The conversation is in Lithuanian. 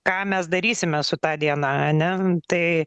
ką mes darysime su ta diena ane tai